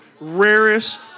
rarest